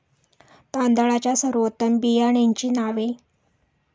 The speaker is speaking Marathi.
तांदळाच्या सर्वोत्तम बियाण्यांची नावे?